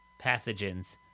pathogens